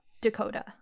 Dakota